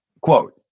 quote